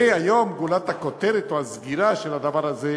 והיום, גולת הכותרת, או הסגירה של הדבר הזה,